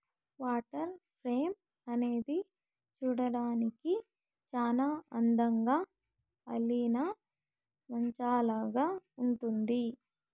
water frame అనేది చూడ్డానికి చానా అందంగా అల్లిన మంచాలాగా ఉంటుంది